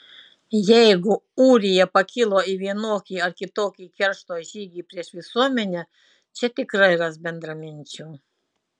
jeigu ūrija pakilo į vienokį ar kitokį keršto žygį prieš visuomenę čia tikrai ras bendraminčių